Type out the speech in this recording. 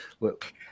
look